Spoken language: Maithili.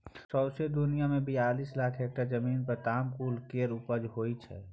सौंसे दुनियाँ मे बियालीस लाख हेक्टेयर जमीन पर तमाकुल केर उपजा होइ छै